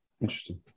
Interesting